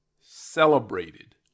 celebrated